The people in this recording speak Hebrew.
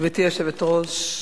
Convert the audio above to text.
גברתי היושבת-ראש,